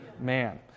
Man